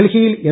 ഡൽഹിയിൽ എം